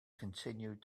continued